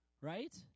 right